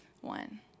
one